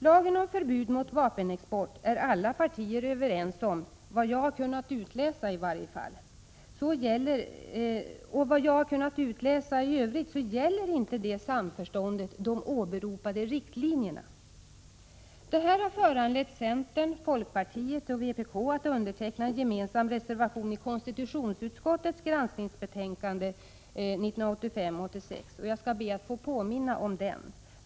Lagen om förbud mot vapenexport är alla partier överens om, men såvitt jag har kunnat utläsa gäller inte det samförståndet de åberopade riktlinjerna. Det här har föranlett centern, folkpartiet och vpk att underteckna en gemensam reservation i konstitutionsutskottets granskningsbetänkande 1985/86. Jag skall be att få påminna om den.